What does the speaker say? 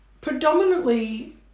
predominantly